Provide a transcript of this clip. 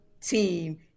team